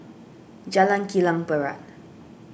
Jalan Kilang Barat